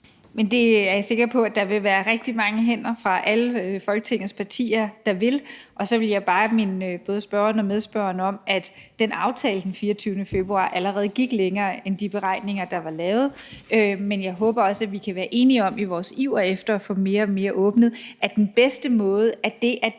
Det er jeg er sikker på at der vil være rigtig mange hænder fra alle Folketingets partier der vil. Så vil jeg bare minde spørgeren og medspørgeren om, at aftalen fra den 24. februar allerede gik længere end de beregninger, der var lavet. Men jeg håber også, at vi i vores iver efter at få mere og mere åbnet kan være enige om, at den